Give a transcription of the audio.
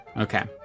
okay